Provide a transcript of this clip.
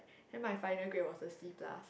then my final grade was a C plus